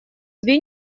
две